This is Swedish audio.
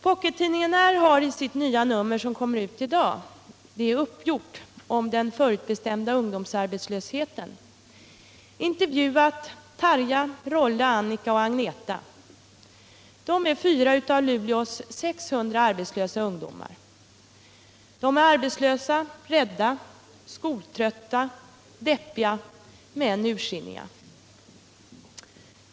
Pockettidningen R har i sitt nya nummer som kom ut i dag under rubriken ”Det är uppgjort. Om den förutbestämda ungdomsarbetslösheten” intervjuat Tarja, Rolle, Annika och Agneta. De är fyra av Luleås 600 arbetslösa ungdomar. De är arbetslösa, rädda, skoltrötta, deppiga men ursinniga.